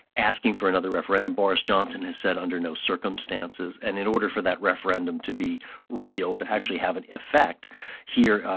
asking for another referendum. boris johnson has said, under no circumstances. and in order for that referendum to be real, to actually have an effect here,